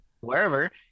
wherever